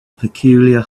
peculiar